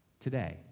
today